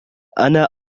أنا